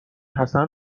حسن